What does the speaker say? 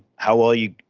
how well you,